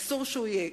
אסור שהוא יהיה.